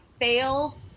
fail